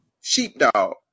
sheepdog